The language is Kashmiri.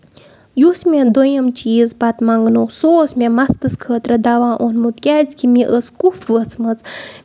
یُس مےٚ دوٚیُم چیٖز پَتہٕ مگنو سُہ اوس مےٚ مَستس خٲطرٕ دوہ اوٚنمُت کیازِ کہِ مےٚ ٲسۍ کُپھ ؤژَمٕژ